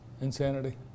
Insanity